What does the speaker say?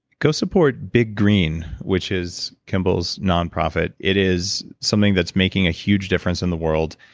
go support big green, which is kimbal's nonprofit. it is something that's making a huge difference in the world.